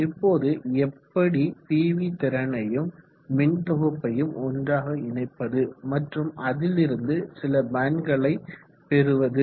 இப்போது எப்படி பிவி திறனையும் மின்தொகுப்பையும் ஒன்றாக இணைப்பது மற்றும் அதிலிருந்து சில பயன்களை பெறுவது